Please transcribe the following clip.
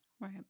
Right